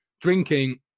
drinking